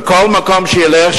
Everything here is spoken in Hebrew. בכל מקום שילך,